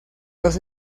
los